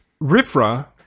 Rifra